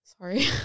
Sorry